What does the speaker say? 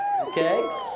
Okay